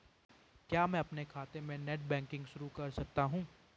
क्या मैं अपने खाते में नेट बैंकिंग शुरू कर सकता हूँ?